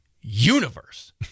universe